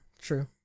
true